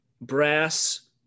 brass